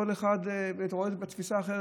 כל אחד רואה את זה בתפיסה אחרת.